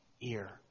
ear